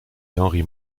henri